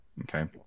Okay